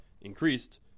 increased